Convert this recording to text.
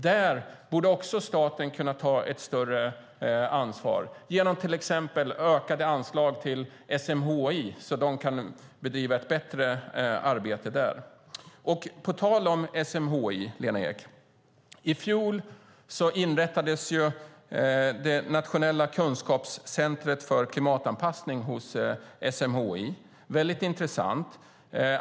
Där borde staten också kunna ta ett större ansvar genom till exempel ökade anslag till SMHI så att de kan bedriva ett bättre arbete. På tal om SMHI, Lena Ek, inrättades i fjol det nationella centret för klimatanpassning där, och det är väldigt intressant.